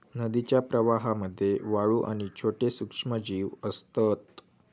नदीच्या प्रवाहामध्ये वाळू आणि छोटे सूक्ष्मजीव असतत